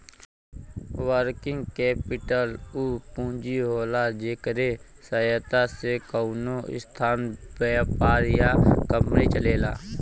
working capital उ पूंजी होला जेकरे सहायता से कउनो संस्था व्यापार या कंपनी चलेला